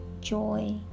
joy